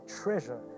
treasure